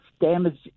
damage